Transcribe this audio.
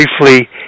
briefly